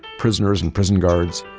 prisoners and prison guards,